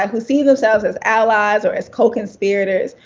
um who see themselves as allies, or as co conspirators,